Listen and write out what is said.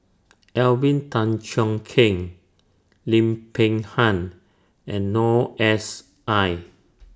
Alvin Tan Cheong Kheng Lim Peng Han and Noor S I